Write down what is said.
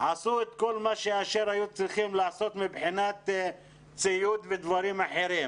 עשיתם את כל אשר הייתם צריכים לעשות מבחינת ציוד ודברים אחרים,